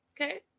okay